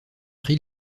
prix